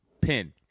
pin